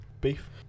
beef